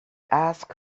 ask